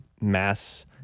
mass